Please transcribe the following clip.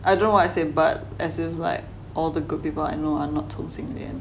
I don't know what is him but as in like all the good people I know are not 同性恋